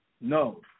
No